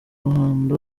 ruhando